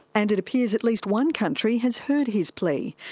and it appears at least one country has heard his plea.